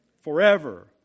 Forever